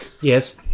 Yes